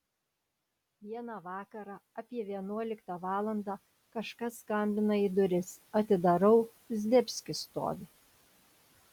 vieną vakarą apie vienuoliktą valandą kažkas skambina į duris atidarau zdebskis stovi